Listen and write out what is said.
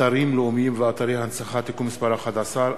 אתרים לאומיים ואתרי הנצחה (תיקון מס' 11),